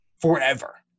forever